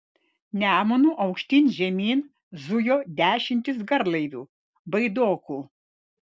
nemunu aukštyn žemyn zujo dešimtys garlaivių baidokų